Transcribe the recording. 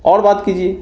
और बात कीजिए